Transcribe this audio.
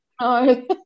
No